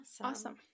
Awesome